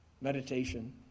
meditation